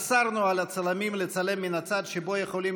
אסרנו על הצלמים לצלם מן הצד שבו יכולים